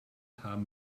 haben